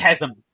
chasm